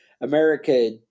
America